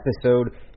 episode